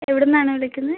എവിടെ നിന്നാണ് വിളിക്കുന്നത്